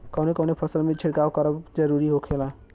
कवने कवने फसल में छिड़काव करब जरूरी होखेला?